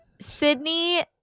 sydney